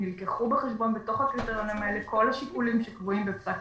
נלקחו בחשבון בתוך הקריטריונים האלה כל השיקולים שקבועים בפסק